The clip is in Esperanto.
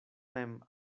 mem